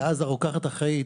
ואז הרוקחת האחראית,